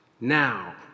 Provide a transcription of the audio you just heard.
now